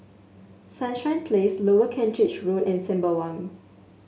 Sunshine Place Lower Kent Ridge Road and Sembawang